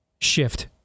shift